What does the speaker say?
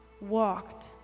walked